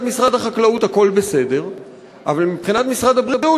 משרד החקלאות הכול בסדר אבל מבחינת משרד הבריאות,